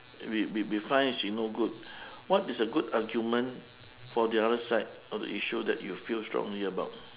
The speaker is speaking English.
we we define she no good what is a good argument for the other side of the issue that you feel strongly about